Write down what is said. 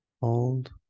Hold